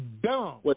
dumb